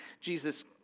Jesus